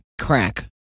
crack